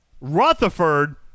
Rutherford